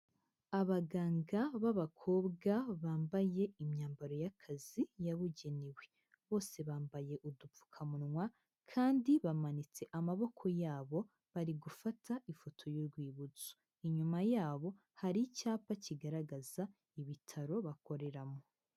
Abaganga b'abakobwa, bambaye imyambaro y'akazi yabugenewe, bose bambaye udupfukamunwa kandi bamanitse amaboko yabo, bari gufata ifoto y'urwibutso. Inyuma yabo, hari icyapa kigaragaza ibitaro bakoreramo.